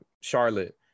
Charlotte